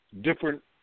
different